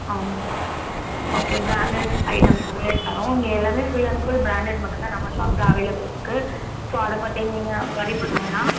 ஆ okay branded ஐட்டம்ஸ்லயே தரோம் இங்கே எல்லாமே ஃபுல் அண்ட் ஃபுல் ப்ராண்டட் மட்டும்தான் நம் ஷாப்பில் அவைளபுல் இருக்குது ஸோ அதைப் பற்றி நீங்கள் ஒர்ரி பண்ண வேணாம்